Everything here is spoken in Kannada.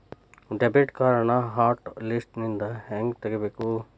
ಡೆಬಿಟ್ ಕಾರ್ಡ್ನ ಹಾಟ್ ಲಿಸ್ಟ್ನಿಂದ ಹೆಂಗ ತೆಗಿಬೇಕ